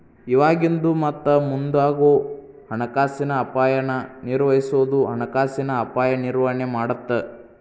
ಇವಾಗಿಂದು ಮತ್ತ ಮುಂದಾಗೋ ಹಣಕಾಸಿನ ಅಪಾಯನ ನಿರ್ವಹಿಸೋದು ಹಣಕಾಸಿನ ಅಪಾಯ ನಿರ್ವಹಣೆ ಮಾಡತ್ತ